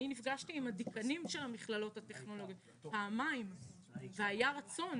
נפגשתי פעמיים עם הדיקנים של המכללות הטכנולוגיות והיה רצון